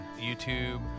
YouTube